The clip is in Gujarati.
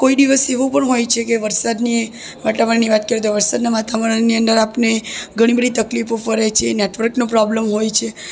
કોઈ દિવસ એવું પણ હોય છે કે વરસાદની વાતાવરણની વાત કરીએ તો વરસાદના વાતાવરણની અંદર આપને ઘણી બધી તકલીફો પરે છે નેટવર્કનો પ્રોબ્લેમ હોય છે